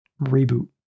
reboot